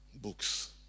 books